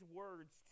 words